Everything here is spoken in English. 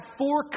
four